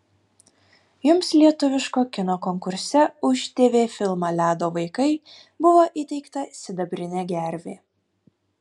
jums lietuviško kino konkurse už tv filmą ledo vaikai buvo įteikta sidabrinė gervė